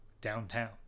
downtown